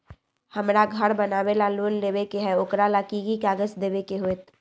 हमरा घर बनाबे ला लोन लेबे के है, ओकरा ला कि कि काग़ज देबे के होयत?